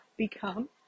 become